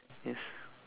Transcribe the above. yes